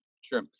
Sure